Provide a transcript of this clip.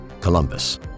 Columbus